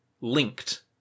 linked